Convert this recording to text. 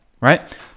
right